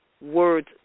words